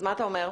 אז מה אתה אומר?